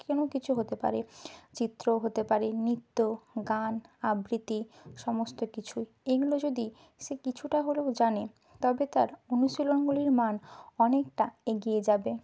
কোনো কিছু হতে পারে চিত্রও হতে পারে নৃত্য গান আবৃত্তি সমস্ত কিছুই এগুলো যদি সে কিছুটা হলেও জানে তবে তার অনুশীলনগুলির মান অনেকটা এগিয়ে যাবে